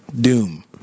doom